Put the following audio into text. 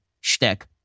shtick